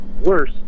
worse